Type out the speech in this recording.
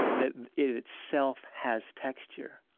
that it itself has texture,